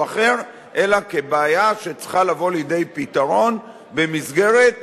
אחר אלא כבעיה שצריכה לבוא לידי פתרון במסגרת חלק,